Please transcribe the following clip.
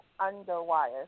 underwire